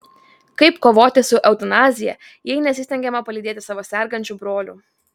kaip kovoti su eutanazija jei nesistengiama palydėti savo sergančių brolių